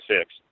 six